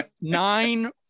nine